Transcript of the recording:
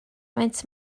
maent